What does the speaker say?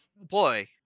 Boy